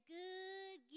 good